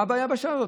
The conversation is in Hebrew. מה הבעיה בשעה הזאת?